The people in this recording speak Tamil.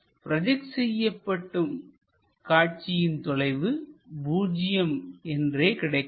ப்ரோஜெக்ட் செய்யப்படும் காட்சியின் தொலைவு பூஜ்ஜியம் என்றே கிடைக்கும்